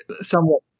somewhat